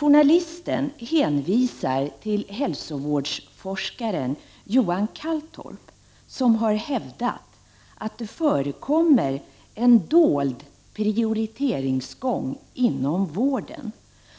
Journalisten hänvisar till hälsovårdsforskaren Johan Calltorp, som har hävdat att det förekommer en dold prioriteringsgång inom vården,